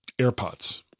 AirPods